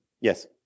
Yes